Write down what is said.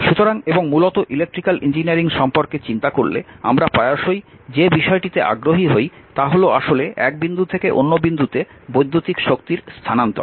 সুতরাং এবং মূলত ইলেকট্রিক্যাল ইঞ্জিনিয়ারিং সম্পর্কে চিন্তা করলে আমরা প্রায়শই যে বিষয়টিতে আগ্রহী হই তা হল আসলে এক বিন্দু থেকে অন্য বিন্দুতে বৈদ্যুতিক শক্তির স্থানান্তর